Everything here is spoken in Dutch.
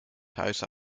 huizen